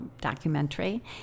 documentary